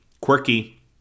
quirky